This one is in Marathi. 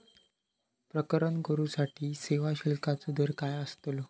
प्रकरण करूसाठी सेवा शुल्काचो दर काय अस्तलो?